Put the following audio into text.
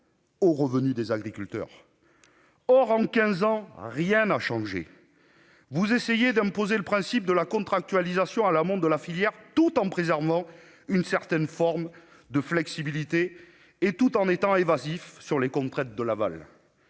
au revenu des agriculteurs. En quinze ans, rien n'a changé ! Vous essayez d'imposer le principe de la contractualisation à l'amont de la filière, tout en préservant une certaine forme de flexibilité et tout en étant évasifs sur les contraintes de l'aval.